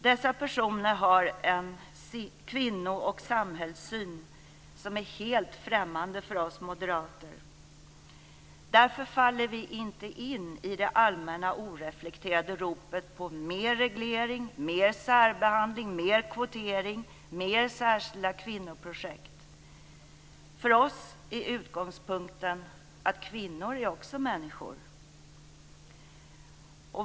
Dessa personer har en kvinno och samhällssyn som är helt främmande för oss moderater. Därför faller vi inte in i de allmänna oreflekterade ropen på mer reglering, mer särbehandling, mer kvotering och mer särskilda kvinnoprojekt. För oss är utgångpunkten att kvinnor också är människor.